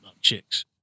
Chicks